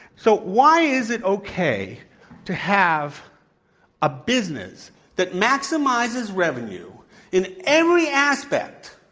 so why is it okay to have a business that maximizes revenue in every aspect,